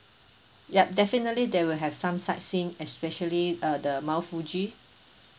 yup definitely there will have some sightseeing especially uh the mount fuji